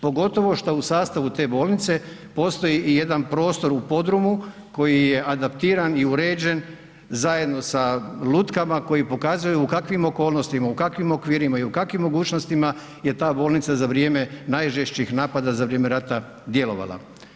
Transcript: Pogotovo što u sastavu te bolnice postoji i jedan prostor u podrumu koji je adaptiran i uređen zajedno sa lutkama koji pokazuje u kakvim okolnostima, u kakvim okvirima i u kakvim mogućostima je ta bolnica za vrijeme najžešćih napada za vrijeme rata djelovala.